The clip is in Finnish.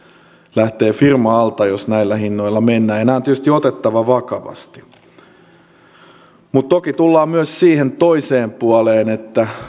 lähtee firma alta jos näillä hinnoilla mennään nämä on tietysti otettava vakavasti toki tullaan myös siihen toiseen puoleen että